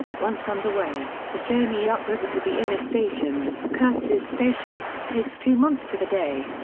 once underway, the journey up-river to the inner station, kurtz's station, takes two months to the day.